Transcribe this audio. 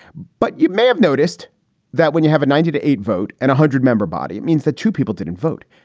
but you may have noticed that when you have a ninety to eight vote and one hundred member body, it means that two people didn't vote.